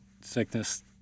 sickness